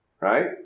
Right